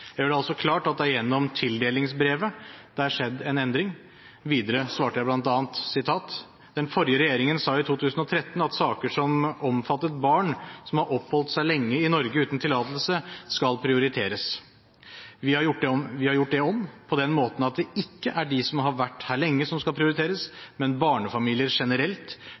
Jeg gjør det altså klart at det er gjennom tildelingsbrevet det er skjedd en endring. Videre svarte jeg bl.a.: «Den forrige regjeringen sa i 2013 at saker som omfattet barn som har oppholdt seg lenge i Norge uten tillatelse, skal prioriteres. Vi har gjort det om, på den måten at det ikke er de som har vært her lenge, som skal prioriteres, men barnefamilier generelt,